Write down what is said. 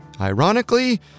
Ironically